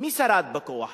מי שרד בכוח